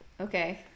Okay